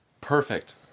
Perfect